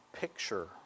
picture